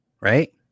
Right